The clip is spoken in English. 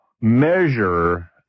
measure